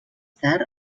tard